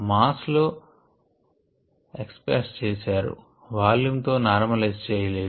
mass లో express చేశారు volume తో నార్మలైజ్ చేయలేదు